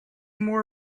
more